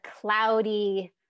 cloudy